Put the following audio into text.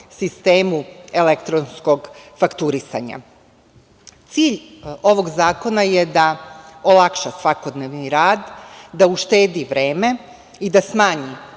sistemu elektronskog fakturisanja. Cilj ovog zakona je da olakša svakodnevni rad, da uštedi vreme i da smanji